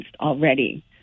already